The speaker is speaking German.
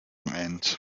end